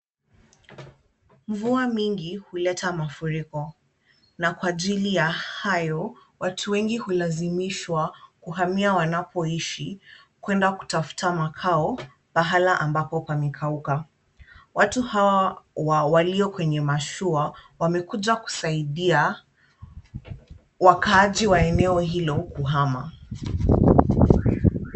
Mvua mingi huleta mafuriko na kwa ajili ya hayo, watu wengi hulazishwa kuhamia wanapoishi, kuenda kutafuta makao pahala ambapo pamekauka. Watu hawa walio kwenye mashua, wamekuja kusaidia wakaaji wa eneo hilo kuhama.